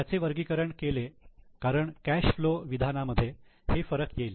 याचे वर्गीकरण केले कारण कॅश फ्लो विधानामध्ये हे फरक येईल